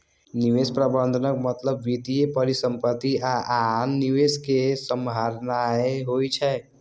निवेश प्रबंधनक मतलब वित्तीय परिसंपत्ति आ आन निवेश कें सम्हारनाय होइ छै